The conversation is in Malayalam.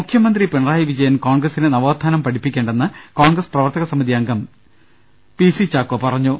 മുഖ്യമന്ത്രി പിണറായി വിജയൻ കോൺഗ്രസിനെ നവോത്ഥാനം പഠിപ്പിക്കേണ്ടെന്ന് കോൺഗ്രസ് പ്രവർത്തക് സമിതി അംഗം പിസി ചാക്കോ പറഞ്ഞു